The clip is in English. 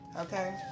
okay